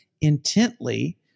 intently